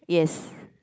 yes